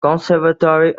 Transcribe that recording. conservatory